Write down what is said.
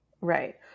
Right